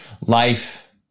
life